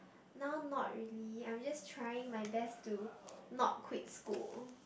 now not really I'm just trying my best to not quit school